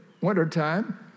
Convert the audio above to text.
wintertime